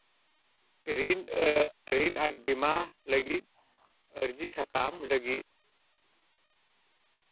ᱨᱤᱱ ᱨᱤᱱ ᱟᱨ ᱵᱤᱢᱟ ᱞᱟᱹᱜᱤᱫ ᱟᱨᱡᱤ ᱥᱟᱠᱟᱢ ᱞᱟᱹᱜᱤᱫ